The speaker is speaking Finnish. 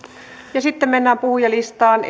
ja sitten mennään puhujalistaan